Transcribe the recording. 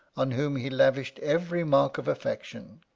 on whom he lavished every mark of affection,